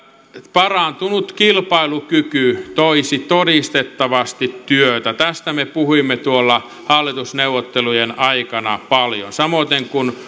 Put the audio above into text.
parantunut kilpailukyky toisi todistettavasti työtä tästä me puhuimme tuolla hallitusneuvottelujen aikana paljon samoiten kuin